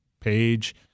page